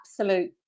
absolute